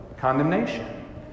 condemnation